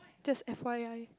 just F_Y_I